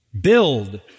build